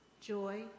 joy